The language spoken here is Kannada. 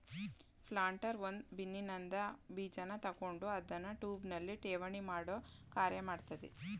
ಪ್ಲಾಂಟರ್ ಒಂದು ಬಿನ್ನಿನ್ದ ಬೀಜನ ತಕೊಂಡು ಅದ್ನ ಟ್ಯೂಬ್ನಲ್ಲಿ ಠೇವಣಿಮಾಡೋ ಕಾರ್ಯ ಮಾಡ್ತದೆ